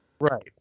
Right